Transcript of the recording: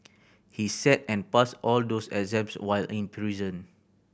he sat and passed all those exams while in prison